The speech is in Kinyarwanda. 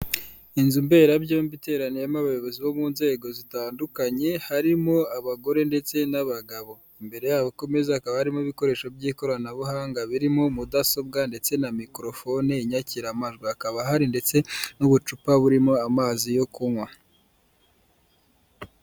Inzu mberabyombi iteraniyemo abayobozi bo mu nzego zitandukanye, harimo abagore ndetse n'abagabo. Imbere yabo ku meza hakaba harimo ibikoresho by'ikoranabuhanga, birimo mudasobwa ndetse na mikorofone inyakiramajwi, hakaba hari ndetse n'ubucupa burimo amazi yo kunywa.